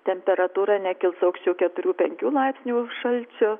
temperatūra nekils aukščiau keturių penkių laipsnių šalčio